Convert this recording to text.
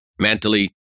mentally